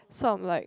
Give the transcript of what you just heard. so I'm like